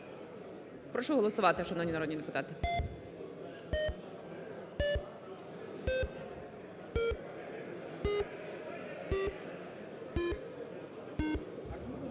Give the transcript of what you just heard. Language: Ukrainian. Прошу голосувати, шановні народні депутати.